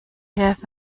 have